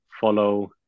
follow